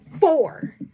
four